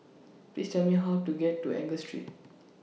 Please Tell Me How to get to Angus Street